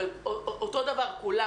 אבל אותו דבר כולם,